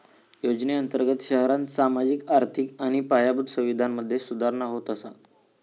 योजनेअंर्तगत शहरांत सामाजिक, आर्थिक आणि पायाभूत सुवीधांमधे सुधारणा होत असा